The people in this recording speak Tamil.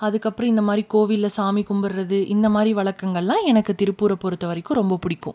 அதுக்கப்புறம் இந்த மாதிரி கோவிலில் சாமி கும்பிட்றது இந்த மாதிரி வழக்கங்களெலாம் எனக்கு திருப்பூரை பொறுத்தவரைக்கும் ரொம்ப பிடிக்கும்